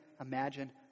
imagine